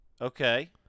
Okay